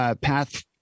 Path